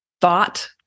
thought